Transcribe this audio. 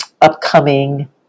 upcoming